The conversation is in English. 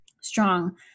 strong